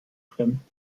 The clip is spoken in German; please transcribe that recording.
fremden